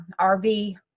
RV